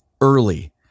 early